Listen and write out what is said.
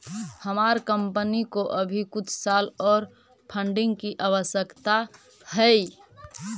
हमार कंपनी को अभी कुछ साल ओर फंडिंग की आवश्यकता हई